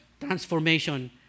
Transformation